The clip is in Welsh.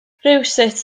rywsut